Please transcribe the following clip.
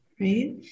right